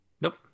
Nope